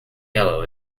yellow